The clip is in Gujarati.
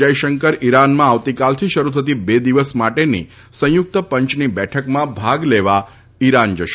જયશંકર ઇરાનમાં આવતીકાલથી શરૂ થતી બે દિવસ માટેની સંયુક્ત પંચની બેઠકમાં ભાગ લેવા જશે